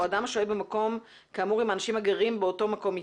אדם השוהה במקום עם האנשים הגרים באותו מקום איתו.